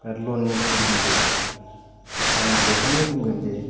बे लननि सोमोनदै आङो बेखौनो बुंगोन जे